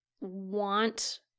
want